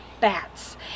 bats